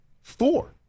four